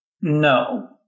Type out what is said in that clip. no